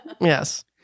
yes